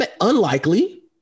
Unlikely